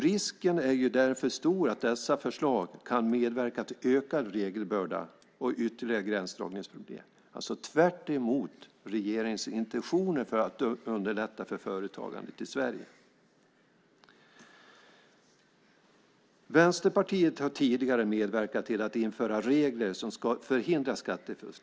Risken är därför stor att dessa förslag kan medverka till ökad regelbörda och ytterligare gränsdragningsproblem, alltså tvärtemot regeringens intentioner att underlätta för företagandet i Sverige. Vänsterpartiet har tidigare medverkat till att införa regler som ska förhindra skattefusk.